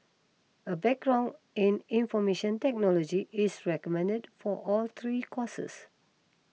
a background in information technology is recommended for all three courses